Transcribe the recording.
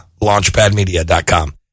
launchpadmedia.com